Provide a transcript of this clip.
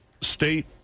state